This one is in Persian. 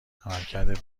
عملکرد